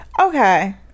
okay